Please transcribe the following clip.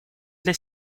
для